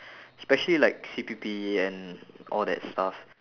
especially like C_P_P and all that stuff